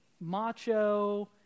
macho